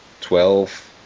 Twelve